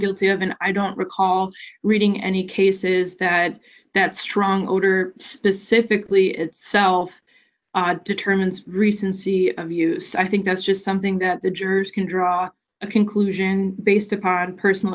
guilty of and i don't recall reading any cases that that strong odor specifically itself determines recency of use i think that's just something that the jurors can draw a conclusion based upon personal